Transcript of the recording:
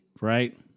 right